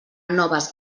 noves